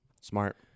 Smart